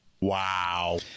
Wow